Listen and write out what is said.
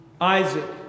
Isaac